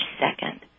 second